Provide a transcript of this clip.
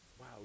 wow